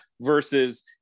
versus